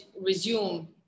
resume